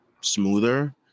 smoother